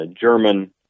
German